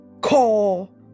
call